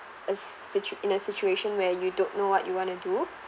a situ~ in a situation where you don't know what you want to do